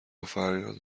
فریاد